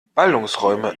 ballungsräume